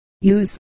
Use